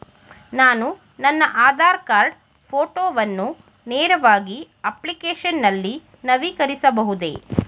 ನಾನು ನನ್ನ ಆಧಾರ್ ಕಾರ್ಡ್ ಫೋಟೋವನ್ನು ನೇರವಾಗಿ ಅಪ್ಲಿಕೇಶನ್ ನಲ್ಲಿ ನವೀಕರಿಸಬಹುದೇ?